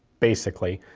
basically,